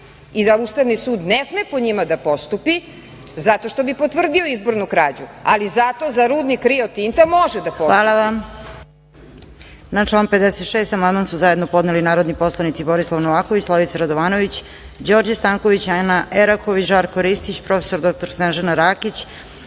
i da Ustavni sud ne sme po njima da postupi, zato što bi potvrdio izbornu krađu ali zato za rudnik „Rio Tinto“ može da postupi. **Snežana Paunović** Hvala vam. Na član 56. amandman su zajedno podneli narodni poslanici Borislav Novaković, Slavica Radovanović, Đorđe Stanković, Ana Eraković, Žarko Ristić, prof. dr Snežana Rakić,